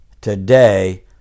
today